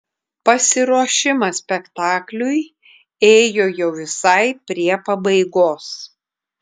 pasiruošimas spektakliui ėjo jau visai prie pabaigos